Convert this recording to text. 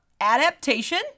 adaptation